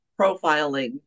profiling